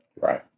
Right